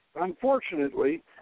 Unfortunately